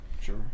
Sure